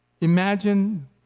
Imagine